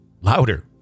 louder